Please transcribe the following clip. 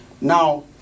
Now